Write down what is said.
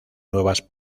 nuevas